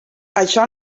això